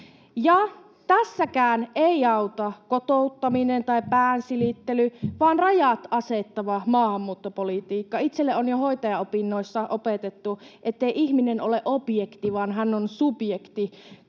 Tässäkään ei auta kotouttaminen tai pään silittely, vaan rajat asettava maahanmuuttopolitiikka. Itselleni on jo hoitajaopinnoissa opetettu, ettei ihminen ole objekti, vaan hän on subjekti.